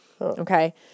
Okay